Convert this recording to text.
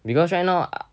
because right now